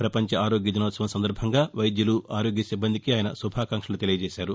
ప్రపంచ ఆరోగ్య దినోత్సవం సందర్బంగా వైద్యులు ఆరోగ్య సిబ్బందికి ఆయన శుభాకాంక్షలు తెలిపారు